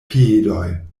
piedoj